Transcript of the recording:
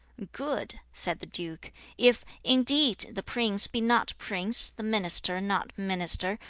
good! said the duke if, indeed the prince be not prince, the minister not minister,